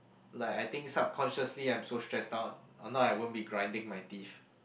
like I think subconsciously I'm so stressed out or not I won't be grinding my teeth